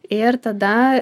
ir tada